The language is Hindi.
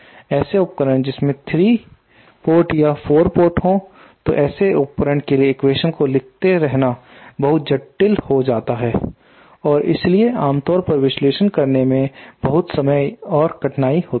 ऐसे उपकरण जिसमें 3 पोर्ट या 4 पोर्ट हो तो ऐसे उपकरण के लिए एक्वेशन्स को लिखते रहना बहुत जटिल हो जाता है और इसमें आमतौर पर विश्लेषण करने में बहुत समय और कठिनाई होती है